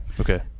Okay